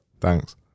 Thanks